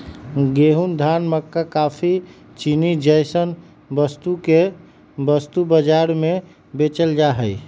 गेंहूं, धान, मक्का काफी, चीनी जैसन वस्तु के वस्तु बाजार में बेचल जा हई